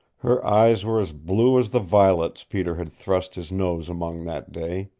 her eyes were as blue as the violets peter had thrust his nose among that day.